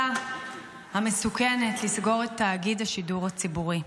להחלטה המסוכנת לסגור את תאגיד השידור הציבורי.